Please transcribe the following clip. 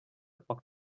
poc